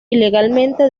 ilegalmente